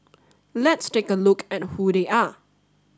let's take a look at who they are